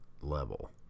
level